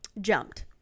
jumped